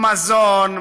מזון,